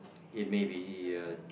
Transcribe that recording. it may be uh